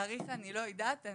תאריך אני לא יודעת,